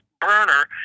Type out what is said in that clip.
burner